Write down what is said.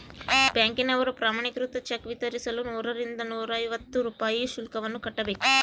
ಬ್ಯಾಂಕಿನವರು ಪ್ರಮಾಣೀಕೃತ ಚೆಕ್ ವಿತರಿಸಲು ನೂರರಿಂದ ನೂರೈವತ್ತು ರೂಪಾಯಿ ಶುಲ್ಕವನ್ನು ಕಟ್ಟಬೇಕು